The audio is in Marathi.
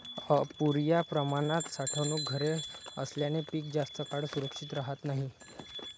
अपुर्या प्रमाणात साठवणूक घरे असल्याने पीक जास्त काळ सुरक्षित राहत नाही